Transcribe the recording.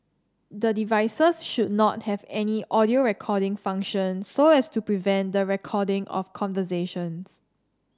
the devices should not have any audio recording function so as to prevent the recording of conversations